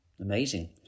amazing